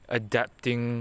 adapting